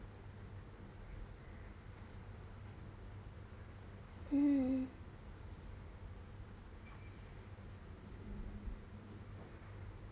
mm